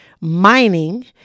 mining